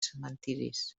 cementiris